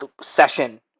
session